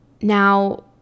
Now